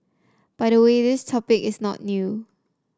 by the way this topic is not new